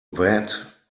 vat